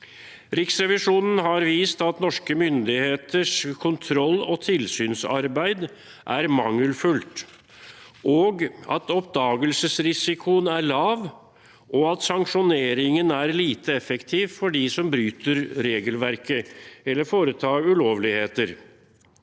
Riksrevisjonen har vist at norske myndigheters kontroll- og tilsynsarbeid er mangelfullt, at oppdagelsesrisikoen er lav, og at sanksjoneringen er lite effektiv for dem som bryter regelverket eller foretar ulovligheter.